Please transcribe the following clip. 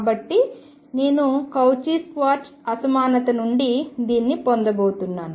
కాబట్టి నేను Cauchy Schwarz అసమానత నుండి దీనిని పొందబోతున్నాను